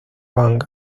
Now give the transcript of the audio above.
wang